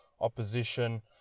opposition